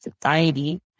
society